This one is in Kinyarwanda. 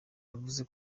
yavuze